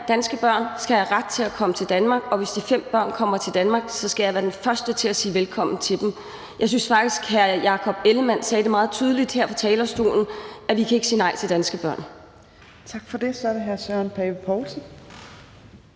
danske børn skal have ret til at komme til Danmark, og hvis de fem børn kommer til Danmark, skal jeg være den første til at sige velkommen til dem. Jeg synes faktisk, at hr. Jakob Ellemann-Jensen sagde det meget tydeligt her fra talerstolen, nemlig at vi ikke kan sige nej til danske børn. Kl. 13:12 Tredje næstformand